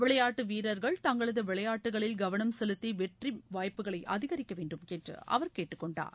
விளையாட்டு வீரர்கள் தங்களது விளையாட்டுக்களில் கவனம் செலுத்தி வெற்றி வாய்ப்புகளை அதிகரிக்க வேண்டும் என்று அவர் கேட்டுக்கொண்டார்